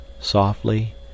softly